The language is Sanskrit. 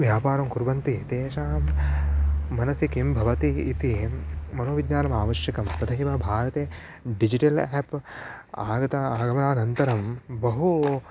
व्यापारं कुर्वन्ति तेषां मनसि किं भवति इति मनोविज्ञानमावश्यकं तथैव भारते डिजिटल् आप् आगता आगमनान्तरं बहु